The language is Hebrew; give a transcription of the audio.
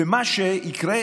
ומה שיקרה,